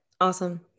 awesome